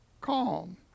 calm